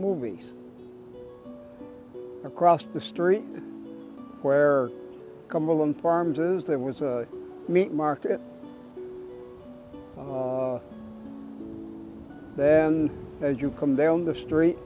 movies across the street where cumberland farms is there was a meat market then as you come down the street